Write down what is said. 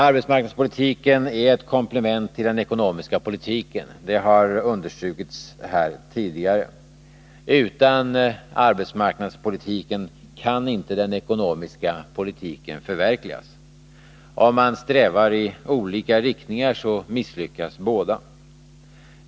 Arbetsmarknadspolitiken är ett komplement till den ekonomiska politiken—det har understrukits här tidigare. Utan arbetsmarknadspolitik kan inte den ekonomiska politiken förverkligas. Om man strävar i olika riktningar misslyckas man.